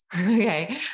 Okay